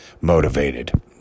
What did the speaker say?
motivated